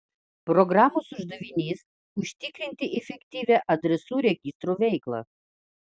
programos uždavinys užtikrinti efektyvią adresų registro veiklą